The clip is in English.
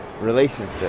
relationship